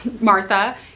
Martha